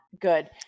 good